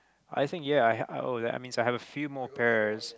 I think yeah I have uh that means I have a few more pears